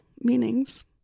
meanings